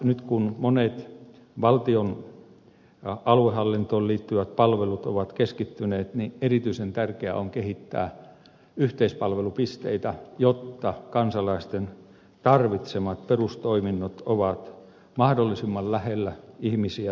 nyt kun monet valtion aluehallintoon liittyvät palvelut ovat keskittyneet erityisen tärkeää on kehittää yhteispalvelupisteitä jotta kansalaisten tarvitsemat perustoiminnot ovat mahdollisimman lähellä ihmisiä